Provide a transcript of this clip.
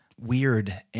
weird